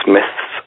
Myths